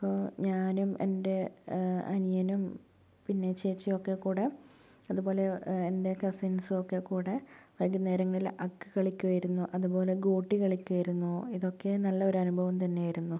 അപ്പോൾ ഞാനും എൻ്റെ അനിയനും പിന്നെ ചേച്ചിയൊക്കെ കൂടെ അതുപോലെ എൻ്റെ കസിൻസൊക്കെ കൂടെ വൈകുന്നേരങ്ങളിൽ അക്ക് കളിക്കുവായിരുന്നു അതുപോലെ ഗോട്ടി കളിക്കുവായിരുന്നു ഇതൊക്കെ നല്ലൊരനുഭവം തന്നെയായിരുന്നു